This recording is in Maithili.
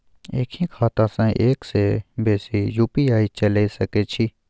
एक ही खाता सं एक से बेसी यु.पी.आई चलय सके छि?